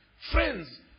Friends